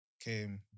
Came